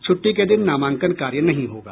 छुट्टी के दिन नामांकन कार्य नहीं होगा